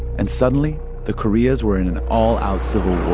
and suddenly the koreas were in an all-out civil war